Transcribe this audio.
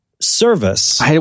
service